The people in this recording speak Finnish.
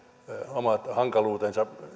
omat hankaluutensa